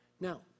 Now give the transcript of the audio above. Now